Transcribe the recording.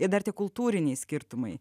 ir dar tie kultūriniai skirtumai